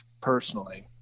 personally